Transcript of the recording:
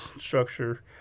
structure